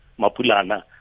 Mapulana